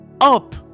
up